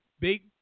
big